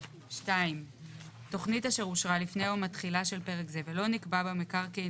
2. תכנית אשר אושרה לפני או מתחילה של פרק זה ולא נקבע בה מקרקעין